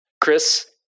Chris